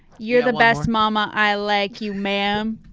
you're the best momma i like you ma'am,